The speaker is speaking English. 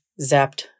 zapped